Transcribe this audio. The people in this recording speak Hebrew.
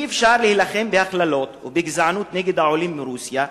אי-אפשר להילחם בהכללות ובגזענות נגד העולים מרוסיה,